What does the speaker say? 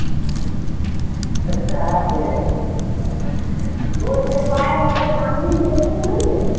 अच्छा ऐसे गोड़ के पायल है चाँदी कैसे भरी है